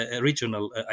regional